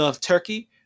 Turkey